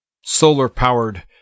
solar-powered